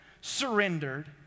surrendered